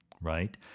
right